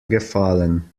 gefallen